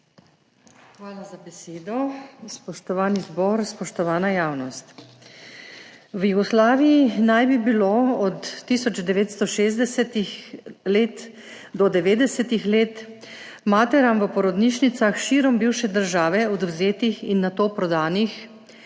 Hvala za besedo. Spoštovani zbor, spoštovana javnost! V Jugoslaviji naj bi bilo od 1960 do 90. let materam v porodnišnicah širom bivše države odvzetih in nato prodanih